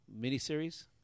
miniseries